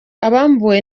abambuwe